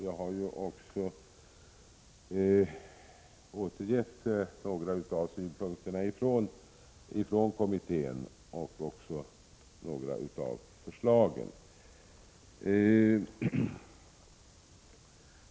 Jag har också återgett några av kommitténs synpunkter, liksom några av förslagen.